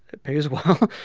it pays well.